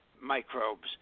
microbes